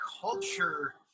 culture